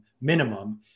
minimum